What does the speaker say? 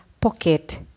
pocket